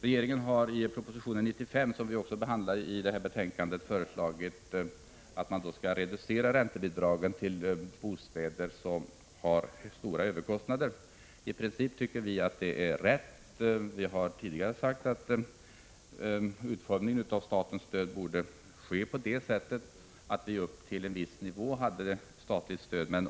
Regeringen har i proposition 95, som vi också behandlar i detta betänkande, föreslagit att man skall reducera räntebidragen till bostäder som har stora överkostnader. I princip tycker vi att det är rätt. Vi har tidigare sagt att utformningen av statens stöd borde vara sådan att vi upp till en viss nivå hade statligt stöd.